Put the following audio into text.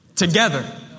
Together